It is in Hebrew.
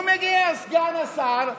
ומגיע סגן השר,